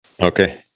Okay